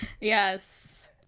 Yes